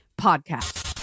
podcast